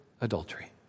adultery